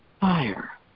fire